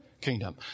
kingdom